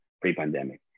pre-pandemic